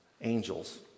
angels